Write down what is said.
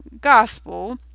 gospel